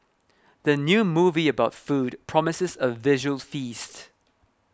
the new movie about food promises a visual feast